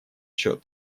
счет